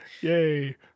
Yay